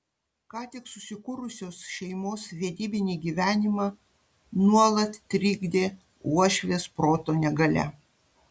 ką tik susikūrusios šeimos vedybinį gyvenimą nuolat trikdė uošvės proto negalia